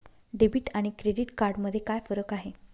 Debit आणि credit card मध्ये काय फरक आहे?